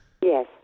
Yes